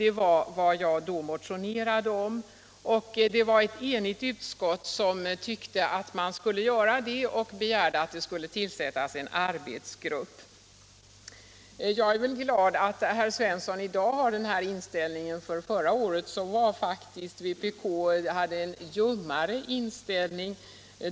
Ett enigt utskott tyckte att man skulle göra detta och begärde att en arbetsgrupp skulle tillsättas. Jag är glad att herr Svensson i dag har denna inställning, för förra året hade faktiskt vpk en ljummare inställning.